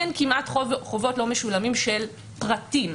אין כמעט חובות לא משולמים של פרטים,